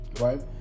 right